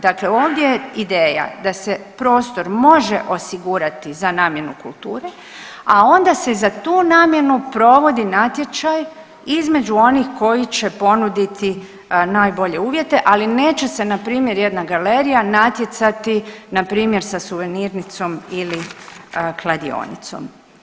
Dakle, ovdje je ideja da se prostor može osigurati za namjenu kulture, a onda se za tu namjenu provodi natječaj između onih koji će ponuditi najbolje uvjete, ali neće se npr. jedna galerija natjecati npr. sa suvenirnicom ili kladionicom.